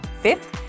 Fifth